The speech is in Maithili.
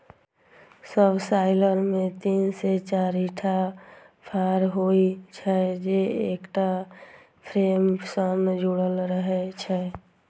सबसॉइलर मे तीन से चारिटा फाड़ होइ छै, जे एकटा फ्रेम सं जुड़ल रहै छै